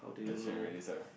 catch and release ah